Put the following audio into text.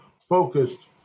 focused